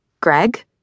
Greg